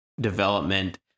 development